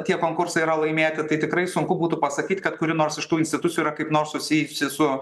tie konkursai yra laimėti tai tikrai sunku būtų pasakyt kad kuri nors iš tų institucijų yra kaip nors susijusi su